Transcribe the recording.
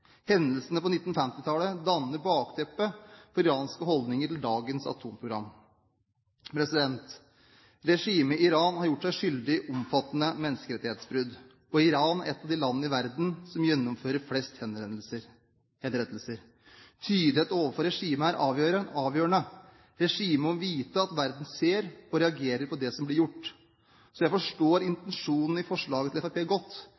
Hendelsene på 1950-tallet danner bakteppet for iranske holdninger til dagens atomprogram. Regimet i Iran har gjort seg skyldig i omfattende menneskerettighetsbrudd. Iran er et av de landene i verden som gjennomfører flest henrettelser. Tydelighet overfor regimet er avgjørende. Regimet må vite at verden ser og reagerer på det som blir gjort. Jeg forstår derfor intensjonen i forslaget fra Fremskrittspartiet godt,